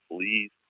please